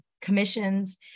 commissions